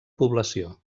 població